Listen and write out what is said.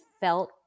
felt